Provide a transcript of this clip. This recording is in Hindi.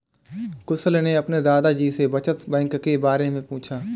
कुशल ने अपने दादा जी से बचत बैंक के बारे में पूछा